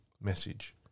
message